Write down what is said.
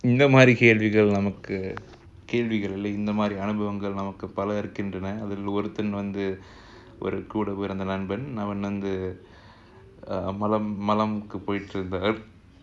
இந்தமாதிரிகேள்விகள்நமக்குகேள்விகள்இல்லஇந்தமாதிரிஅனுபவங்கள்நமக்குபலஇருக்கின்ற்னஅதில்ஒருத்தன்வந்துகூடஇருந்தநண்பன்அவன்வந்துமலம்மலம்குபோய்ட்ருந்தான்:indha madhiri kelvigal namakku kelvigal illa indha madhiri anubavangal namakku pala irukinrana adhil oruthan vandhu kooda iruntha nanban avan vandhu malam malamku poitrunthan